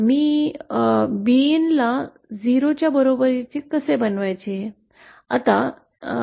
मी Bin ला 0 च्या बरोबरीने कसे बनवू